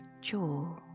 jaw